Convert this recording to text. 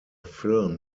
film